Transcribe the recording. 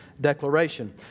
declaration